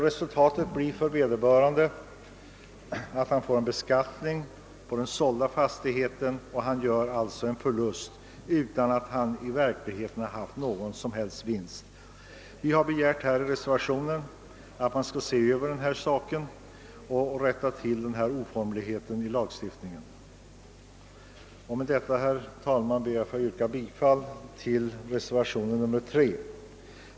Resultatet blir att han får en beskattning på den sålda fastigheten och han gör alltså en förlust, och har i verkligheten inte haft någon vinst. Vi har begärt i reservationen att man skall se över och rätta till denna oformlighet 1 lagstiftningen. Med det anförda ber jag, herr talman, att få yrka bifall till reservationen nr 3.